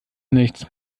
nichts